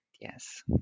Yes